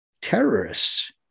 terrorists